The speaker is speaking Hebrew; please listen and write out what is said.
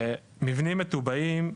מבנים מטובעים,